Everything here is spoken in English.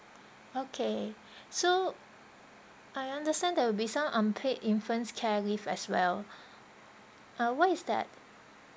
okay so I understand there will be some unpaid infants care leave as well ah what is that